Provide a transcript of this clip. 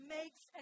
makes